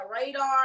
radar